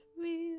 real